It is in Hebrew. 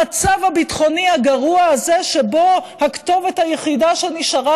המצב הביטחוני הגרוע הזה שבו הכתובת היחידה שנשארה